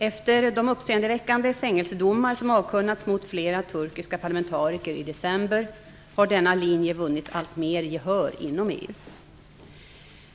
Efter de uppseendeväckande fängelsedomar som avkunnats mot flera turkiska parlamentariker i december har denna linje vunnit alltmer gehör inom EU.